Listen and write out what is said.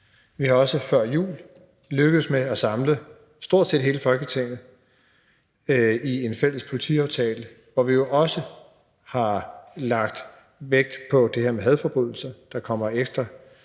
Vi er også før jul lykkedes med at samle stort set hele Folketinget om en fælles politiaftale, hvor vi jo også har lagt vægt på det her med hadforbrydelser. Der kommer en ekstra